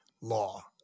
law